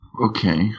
Okay